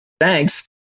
thanks